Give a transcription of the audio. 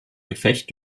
gefecht